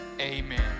amen